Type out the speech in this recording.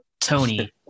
Tony